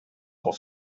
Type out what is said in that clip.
whole